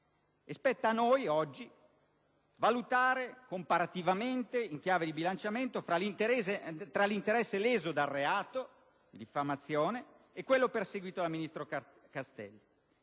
Spetta a noi, oggi, valutare comparativamente, in chiave di bilanciamento tra l'interesse leso dal reato di diffamazione e quello perseguito dal ministro Castelli.